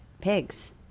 pigs